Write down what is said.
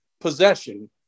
possession